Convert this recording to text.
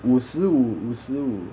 五十五五十五